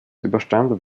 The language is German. überstand